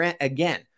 again